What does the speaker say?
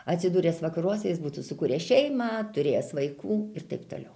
atsidūręs vakaruose jis būtų sukūręs šeimą turėjęs vaikų ir taip toliau